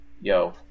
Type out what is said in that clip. yo